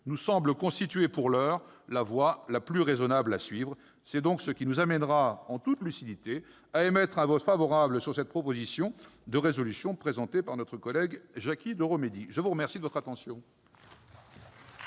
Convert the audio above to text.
nous semblent constituer pour l'heure la voie la plus raisonnable à suivre. C'est donc ce qui nous amènera en toute lucidité à émettre un vote favorable sur cette proposition de résolution présentée par notre collègue Jacky Deromedi. La parole est à M.